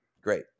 great